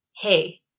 hey